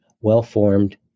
well-formed